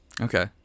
Okay